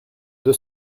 deux